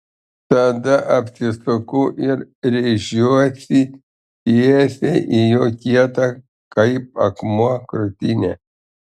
tada apsisuku ir rėžiuosi tiesiai į jo kietą kaip akmuo krūtinę